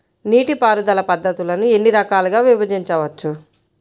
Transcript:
నీటిపారుదల పద్ధతులను ఎన్ని రకాలుగా విభజించవచ్చు?